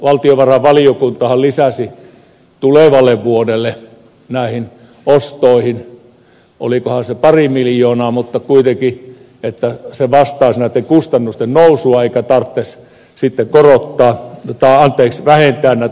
valtiovarainvaliokuntahan lisäsi tulevalle vuodelle määrärahoja näihin ostoihin olikohan se pari miljoonaa kuitenkin niin että summa vastaisi kustannusten nousua eikä tarvitsisi sitten vähentää junavuoroja